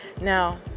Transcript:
Now